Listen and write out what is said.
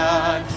God